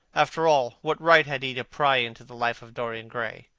after all, what right had he to pry into the life of dorian gray?